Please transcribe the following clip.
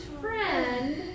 friend